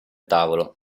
tavolo